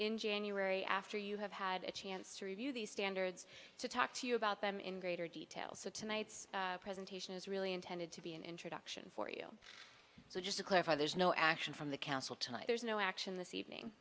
in january after you have had a chance to review these standards to talk to you about them in greater detail so tonight's presentation is really intended to be an introduction for you so just to clarify there's no action from the council tonight there's no action this evening